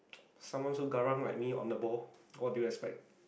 someone so garang like me on the ball what do you expect